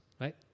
right